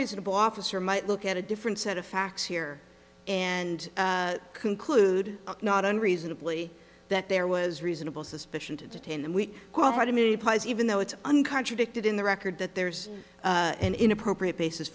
reasonable officer might look at a different set of facts here and conclude not unreasonably that there was reasonable suspicion to detain and we all had immunity pis even though it's on contradicted in the record that there's an inappropriate basis